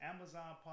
Amazon